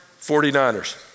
49ers